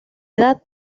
edad